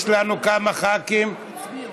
יש לנו כמה ח"כים, לא נקלט.